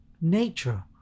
nature